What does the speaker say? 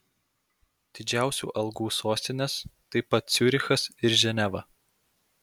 didžiausių algų sostinės taip pat ciurichas ir ženeva